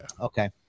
Okay